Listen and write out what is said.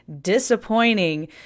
disappointing